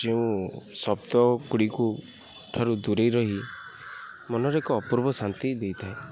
ଯେଉଁ ଶବ୍ଦ ଗୁଡ଼ିକୁ ଠାରୁ ଦୂରାଇ ରହି ମନରେ ଏକ ଅପୂର୍ବ ଶାନ୍ତି ଦେଇଥାଏ